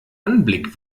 anblick